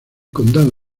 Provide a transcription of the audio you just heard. condado